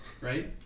right